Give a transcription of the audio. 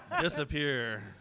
Disappear